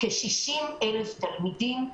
כ-60,000 תלמידים.